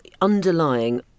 underlying